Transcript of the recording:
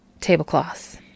tablecloths